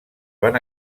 van